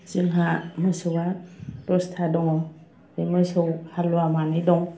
जोंहा मोसौआ दस्था दङ मोसौ हालुवा मानै दं